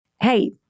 Hey